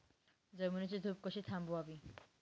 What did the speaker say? जमिनीची धूप कशी थांबवावी?